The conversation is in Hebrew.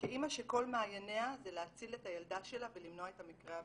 כאימא שכל מעייניה זה להציל את הילדה שלה ולמנוע את המקרה הבא.